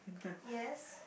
yes